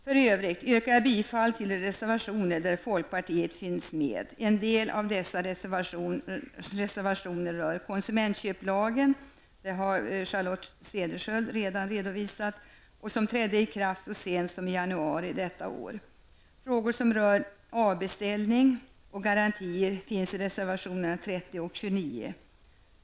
För övrigt yrkar jag bifall till de reservationer som folkpartiet finns med på. En del av dessa reservationer rör konsumentköplagen, som Charlotte Cederschiöld redan redovisat, som trädde i kraft så sent som i januari detta år. Frågor som berör avbeställning och garantier finns i reservationerna 30 och 29.